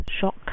Shock